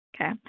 Okay